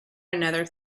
another